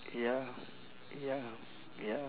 ya ya ya